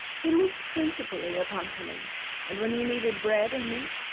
he lived principally upon honey and when he needed bread or meat,